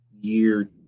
year